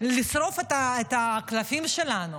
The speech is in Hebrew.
לשרוף את הקלפים שלנו?